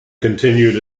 continued